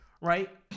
right